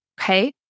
okay